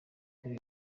kuri